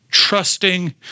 trusting